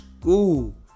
school